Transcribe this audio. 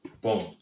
boom